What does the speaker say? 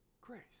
grace